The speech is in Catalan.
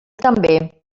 també